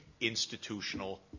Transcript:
institutional